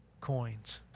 coins